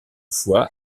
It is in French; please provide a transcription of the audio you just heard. fois